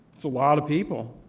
it's a lot of people.